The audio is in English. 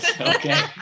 okay